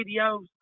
videos